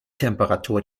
temperatur